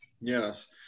Yes